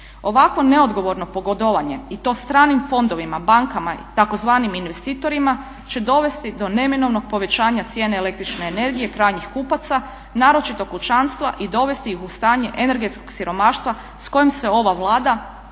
Ovakvo neodgovorno pogodovanje i to stranim fondovima, bankama i tzv. investitorima će dovesti do neminovnog povećanja cijene električne energije krajnjih kupaca, naročito kućanstva, i dovesti ih u stanje energetskog siromaštva s kojim se ova Vlada